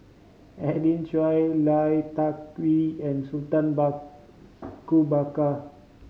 Edwin Lai Tuck and Sutan Ba Ku Bakar